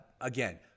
again